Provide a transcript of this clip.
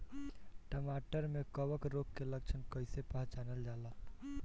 टमाटर मे कवक रोग के लक्षण कइसे पहचानल जाला?